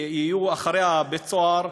אחרי בית-הסוהר,